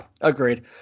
agreed